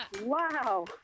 Wow